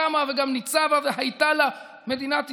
קמה וגם ניצבה והייתה לה מדינת ישראל.